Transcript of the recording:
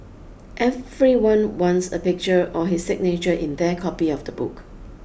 everyone wants a picture or his signature in their copy of the book